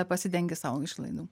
pasidengi sau išlaidų